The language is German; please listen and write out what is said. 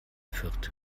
fürth